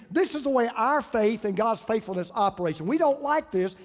this is the way our faith and god's faithfulness operates. we don't like this,